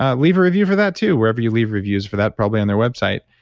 ah leave a review for that too wherever you leave reviews for that, probably on their website.